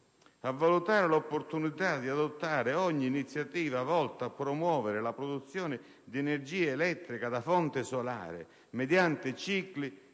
«a valutare l'opportunità di adottare ogni iniziativa volta a promuovere la produzione di energia elettrica da fonte solare mediante cicli